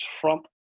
Trump